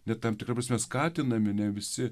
net tam tikra prasme skatinami ne visi